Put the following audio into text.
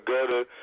Gutter